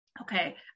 okay